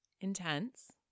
intense